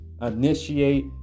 initiate